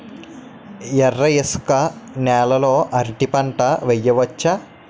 ఎర్ర ఇసుక నేల లో అరటి పంట వెయ్యచ్చా?